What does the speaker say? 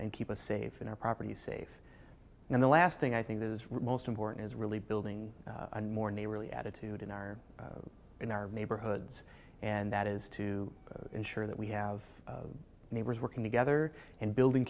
and keep us safe and our property safe and the last thing i think that is real most important is really building a new more neighborly attitude in our in our neighborhoods and that is to ensure that we have neighbors working together and building